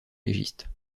légiste